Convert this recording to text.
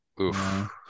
Oof